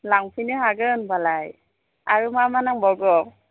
लांफैनो हागोन होनबालाय आरो मा मा नांबावगौ